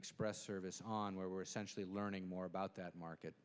express service on where we're essentially learning more about that market